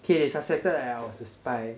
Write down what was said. K they suspected that I was a spy